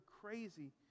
crazy